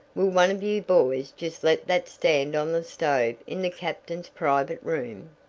will one of you boys just let that stand on the stove in the captain's private room?